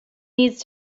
needs